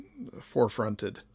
forefronted